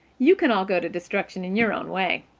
you can all go to destruction in your own way.